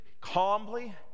calmly